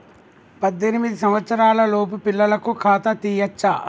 పద్దెనిమిది సంవత్సరాలలోపు పిల్లలకు ఖాతా తీయచ్చా?